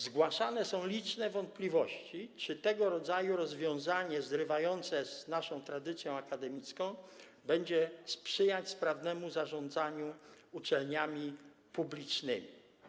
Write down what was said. Zgłaszane są liczne wątpliwości, czy tego rodzaju rozwiązanie zrywające z naszą tradycją akademicką będzie sprzyjać sprawnemu zarządzaniu uczelniami publicznymi.